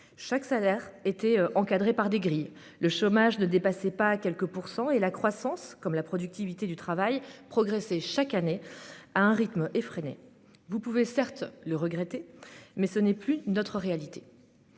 chaque salaire était encadré par des grilles, le chômage ne dépassait pas quelques pourcents et la croissance, comme la productivité du travail, progressait chaque année à un rythme effréné. Vous pouvez certes le regretter, mais telle n'est plus notre réalité.